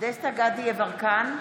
דסטה גדי יברקן,